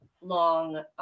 long